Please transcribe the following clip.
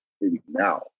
now